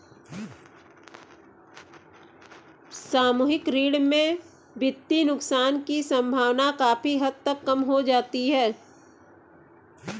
सामूहिक ऋण में वित्तीय नुकसान की सम्भावना काफी हद तक कम हो जाती है